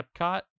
Epcot